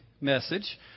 message